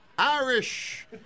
Irish